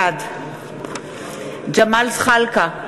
בעד ג'מאל זחאלקה,